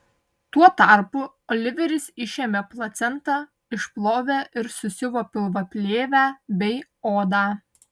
tuo tarpu oliveris išėmė placentą išplovė ir susiuvo pilvaplėvę bei odą